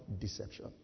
deception